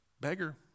beggar